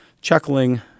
chuckling